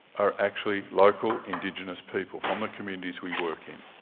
are actually local, indigenous people from the communities we work in.